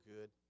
good